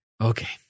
Okay